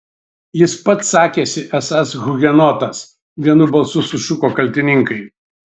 jis pats sakėsi esąs hugenotas vienu balsu sušuko kaltininkai